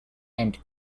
and